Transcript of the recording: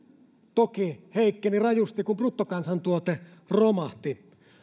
toki heikkeni rajusti kun bruttokansantuote romahti